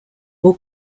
will